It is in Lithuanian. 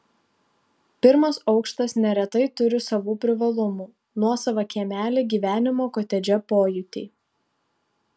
pirmas aukštas neretai turi savų privalumų nuosavą kiemelį gyvenimo kotedže pojūtį